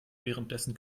währenddessen